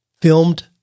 filmed